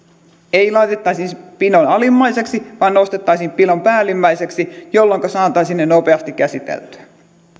ei laitettaisi pinon alimmaiseksi vaan nostettaisiin pinon päällimmäiseksi jolloinka saataisiin ne nopeasti käsiteltyä